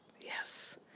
yes